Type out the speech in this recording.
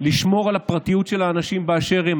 לשמור על הפרטיות של האנשים באשר הם.